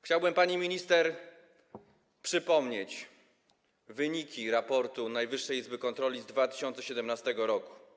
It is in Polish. Chciałbym pani minister przypomnieć wyniki raportu Najwyższej Izby Kontroli z 2017 r.